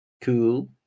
Cool